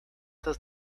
does